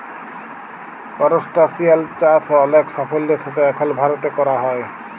করসটাশিয়াল চাষ অলেক সাফল্যের সাথে এখল ভারতে ক্যরা হ্যয়